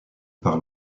par